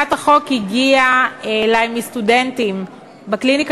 הצעת החוק הגיעה אלי מסטודנטים בקליניקה